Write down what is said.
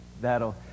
that'll